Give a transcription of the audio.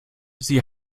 sie